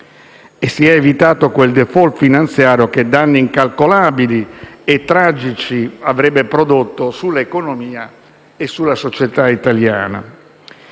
e si è evitato quel *default* finanziario che danni incalcolabili e tragici avrebbe prodotto sull'economia e sulla società italiana.